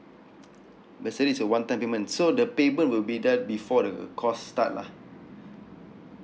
bursary is a one time payment so the payment will be done before the course start lah